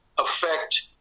affect